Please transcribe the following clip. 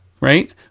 Right